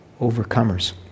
overcomers